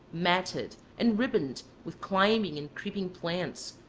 matted, and ribboned with climbing and creeping plants,